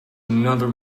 another